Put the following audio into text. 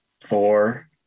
four